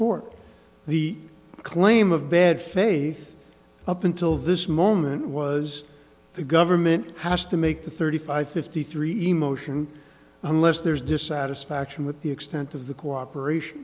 court the claim of bad faith up until this moment was the government has to make the thirty five fifty three emotion unless there's dissatisfaction with the extent of the cooperation